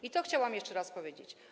I to chciałam jeszcze raz powiedzieć.